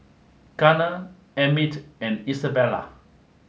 Garner Emmit and Isabela